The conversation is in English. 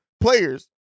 players